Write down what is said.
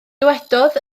dywedodd